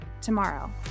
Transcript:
tomorrow